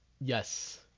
Yes